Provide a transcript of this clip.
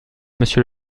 monsieur